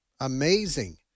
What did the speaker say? amazing